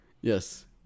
Yes